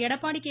Edappadi K